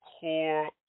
core